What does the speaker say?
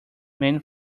many